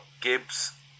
Gibbs